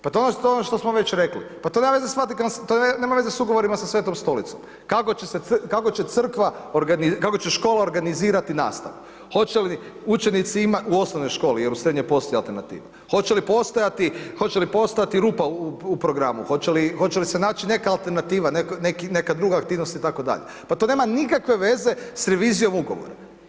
Pa to je ono što smo već rekli, pa to nema veze s Vatikanskim, to nema veze s ugovorima sa Svetom Stolicom, kako će se, kako će crkva, kako će škola organizirati nastavu, hoće li učenici imati u osnovnoj školi jer u srednjoj postoji alternativa, hoće li postojati, hoće li postojati rupa u programu, hoće li se naći neka alternativa, neka druga aktivnost ili tako dalje, pa to nema nikakve veze s revizijom ugovora.